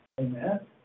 Amen